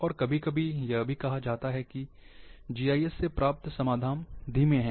और कभी कभी यह भी कहा जाता है कि जीआईएस से प्राप्त समाधान धीमे हैं